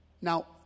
Now